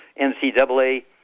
NCAA